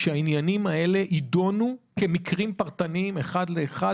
שהעניינים האלה יידונו כמקרים פרטניים אחד לאחד